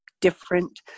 different